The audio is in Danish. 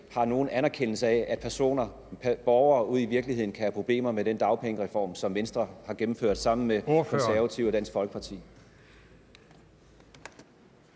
ikke nogen anerkendelse af, at personer, borgere, ude i virkeligheden, kan have problemer med den dagpengereform, som Venstre har gennemført sammen med De Konservative og Dansk Folkeparti.